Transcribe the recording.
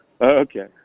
Okay